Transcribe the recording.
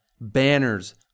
banners